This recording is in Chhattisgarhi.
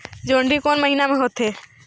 जोंदरी कोन महीना म होथे?